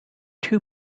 two